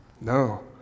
No